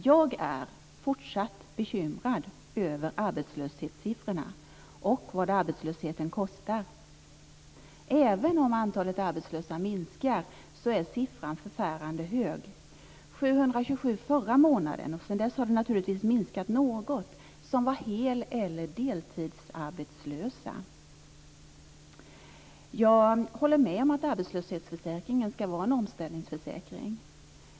Jag är fortsatt bekymrad över arbetslöshetssiffrorna och vad arbetslösheten kostar. Även om antalet arbetslösa minskar är siffran förfärande hög. Förra månaden var det 727 - sedan dess har naturligtvis antalet minskat något - som var hel eller deltidsarbetslösa. Jag håller med om att arbetslöshetsförsäkringen skall vara en omställningsförsäkring.